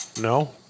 no